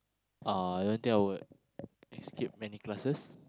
uh I don't think I would escape many classes